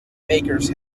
bakers